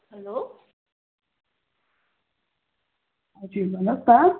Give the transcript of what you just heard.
hello हजुर भन्नुहोस् न